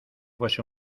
fuese